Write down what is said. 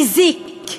מזיק,